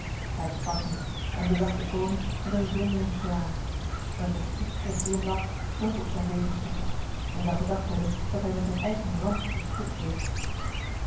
hij sprak niet en bezag deconinck met een zonderling gelaat een vergiftige grimlach stond op zijn wezenstrekken men zou gedacht hebben dat hij met zijn eigen ramp de spot dreef